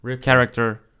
character